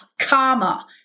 karma